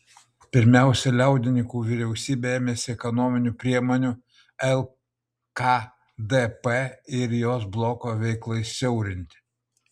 pirmiausia liaudininkų vyriausybė ėmėsi ekonominių priemonių lkdp ir jos bloko veiklai siaurinti